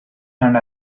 and